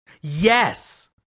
Yes